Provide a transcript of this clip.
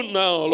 now